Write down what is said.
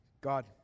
God